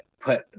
put